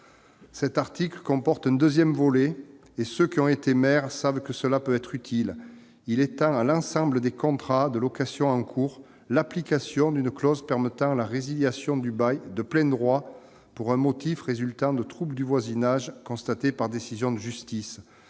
Cet article comporte un deuxième volet, et ceux qui ont été maires savent que cela peut être utile : il étend à l'ensemble des contrats de location en cours l'application d'une clause permettant la résiliation du bail de plein droit pour un motif résultant de troubles de voisinage constatés par décision de justice.